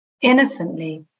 innocently